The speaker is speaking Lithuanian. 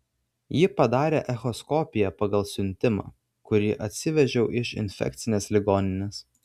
ji padarė echoskopiją pagal siuntimą kurį atsivežiau iš infekcinės ligoninės